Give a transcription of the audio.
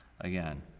Again